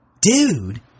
Dude